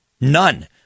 None